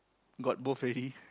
got both already